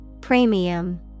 Premium